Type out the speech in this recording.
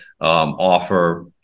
offer